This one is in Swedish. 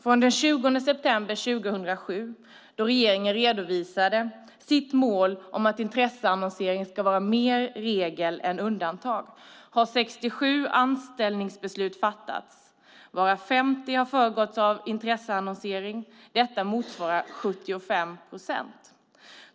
Sedan den 20 september 2007, då regeringen redovisade sitt mål om att intresseannonsering ska vara mer regel än undantag, har 67 anställningsbeslut fattats, varav 50 har föregåtts av intresseannonsering. Detta motsvarar 75 procent.